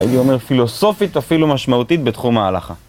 אני אומר פילוסופית, אפילו משמעותית בתחום ההלכה.